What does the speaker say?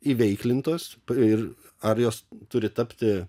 įveiklintos ir ar jos turi tapti